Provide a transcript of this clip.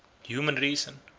human reason,